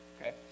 okay